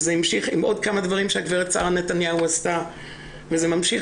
זה המשיך עם עוד כמה דברים שהגברת שרה נתניהו עשתה וזה ממשיך